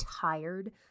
tired